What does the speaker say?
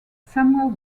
samuel